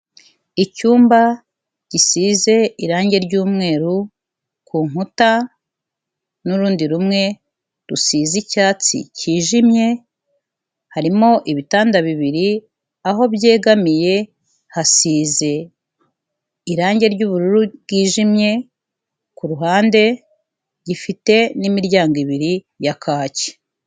Icyumba gisize irangi ry'umweru ku nkuta, n'urundi rumwe rusize icyatsi cy'ijimye, harimo ibitanda bibiri, aho byegamiye hasize irangi ry'ubururu ry'ijimye, ku ruhande gifite n'imiryango ibiri ya kaki.